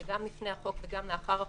שגם לפני החוק וגם לאחר החוק,